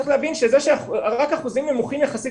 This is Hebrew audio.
צריך להבין שזה שרק אחוזים נמוכים יחסית